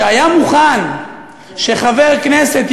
שהיה מוכן שחבר כנסת,